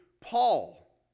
Paul